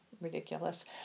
ridiculous